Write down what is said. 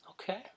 Okay